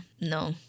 no